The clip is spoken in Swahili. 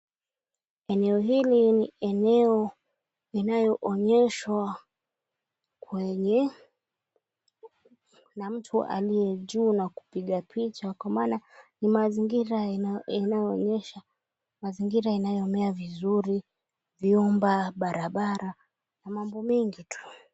Eneo hili ni eneo inayoonyeshwa kwenye. Kuna mtu aliyejuu kupiga picha kwa maana ni mazingira inayoonyesha mazingira inayomea vizuri vyumba, barabara na mambo mengi tu.